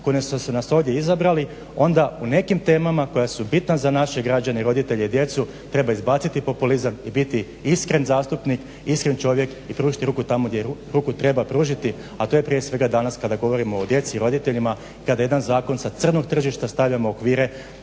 koji su nas ovdje izabrali, onda u ovim temama koja su bitna za naše građane, i roditelji i djecu treba izbaciti populizam i biti iskren zastupnik, iskren čovjek i pružiti ruku tamo gdje ruku treba pružiti, a to je prije svega danas kada govorimo o djeci i roditeljima, kada jedan zakon sa crnog tržišta stavljamo u okvire